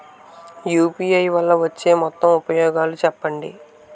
UPI వల్ల వచ్చే మొత్తం ఉపయోగాలు చెప్పండి?